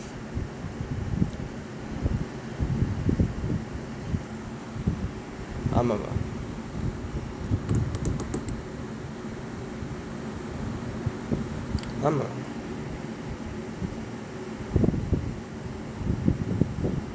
ஆமா ஆமா:aamaa aamaa